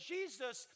Jesus